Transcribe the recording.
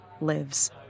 lives